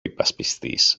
υπασπιστής